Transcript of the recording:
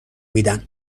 میدن